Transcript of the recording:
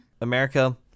America